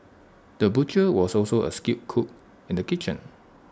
the butcher was also A skilled cook in the kitchen